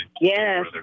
Yes